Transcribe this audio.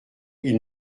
ils